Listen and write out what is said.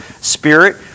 spirit